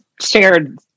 shared